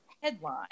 headline